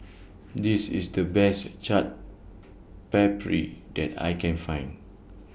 This IS The Best Chaat Papri that I Can Find